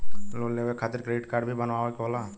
Loan लेवे खातिर credit card भी बनवावे के होला?